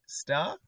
star